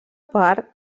part